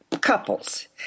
couples